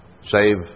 save